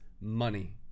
money